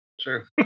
True